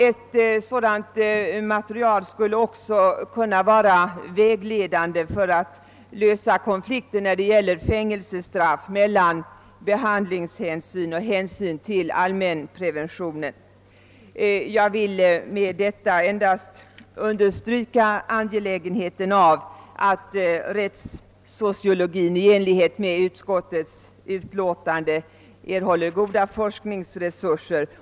Ett sådant material skulle vidare kunna vara vägledande för lösning av konflikter mellan behandlingshänsyn och hänsyn till allmänpreventionen när det gäller insättande av fängelsestraff. Jag vill med det anförda endast understryka angelägenheten av att rättssociologin i enlighet med vad som framhålles i utskottets utlåtande erhåller goda forskningsresurser.